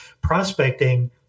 Prospecting